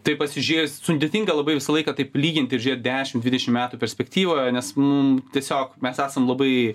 taip pasižėjus sudėtinga labai visą laiką taip lyginti ir žiūėt dešimt dvidešimt metų perspektyvoje nes mum tiesiog mes esam labai